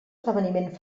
esdeveniment